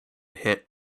hit